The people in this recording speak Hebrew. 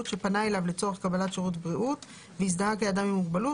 שפנה אליו לצורך קבלת שירות בריאות והזדהה כאדם עם מוגבלות